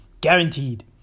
guaranteed